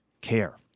care